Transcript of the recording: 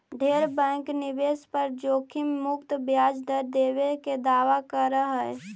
ढेर बैंक निवेश पर जोखिम मुक्त ब्याज दर देबे के दावा कर हई